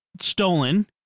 stolen